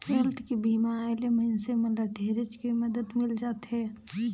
health के बीमा आय ले मइनसे मन ल ढेरेच के मदद मिल जाथे